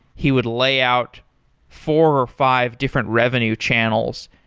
he would lay out four or five different revenue channels.